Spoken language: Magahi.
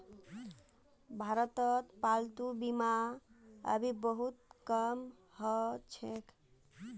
भारतत पालतू बीमा अभी बहुत कम ह छेक